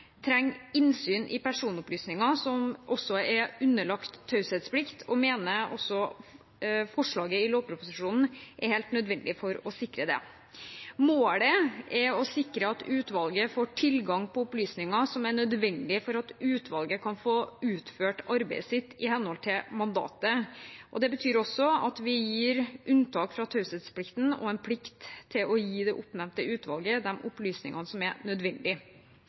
trenger innsyn i personopplysninger som også er underlagt taushetsplikt, og mener også at forslaget i lovproposisjonen er helt nødvendig for å sikre det. Målet er å sikre at utvalget får tilgang på opplysninger som er nødvendige for at utvalget kan få utført arbeidet sitt i henhold til mandatet. Det betyr også at vi gir unntak fra taushetsplikten og plikt til å gi det oppnevnte utvalget de opplysningene som er